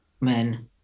men